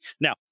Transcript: Now